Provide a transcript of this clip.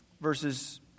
verses